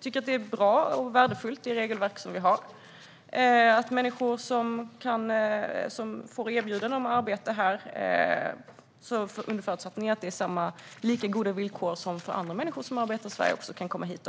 tyckt att det regelverk som vi har är bra och värdefullt. Människor som får erbjudande om arbete här ska kunna komma hit och arbeta, under förutsättning att de får lika goda villkor som andra människor som arbetar i Sverige har.